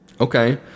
okay